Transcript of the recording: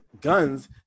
Guns